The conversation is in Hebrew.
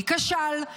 מי כשל,